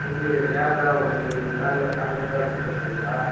எப்படி லேபராக வந்து செய்யணுங்ளா இல்லை கான்ரேக்ட்டாக கொடுத்துர்றீங்ளா